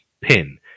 pin